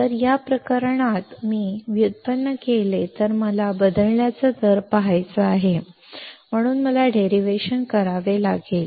तर या प्रकरणात जर मी व्युत्पन्न केले तर मला बदलाचा दर पहायचा आहे म्हणूनच मला डेरिव्हेशन करावे लागले